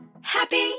Happy